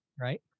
Right